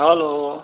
hello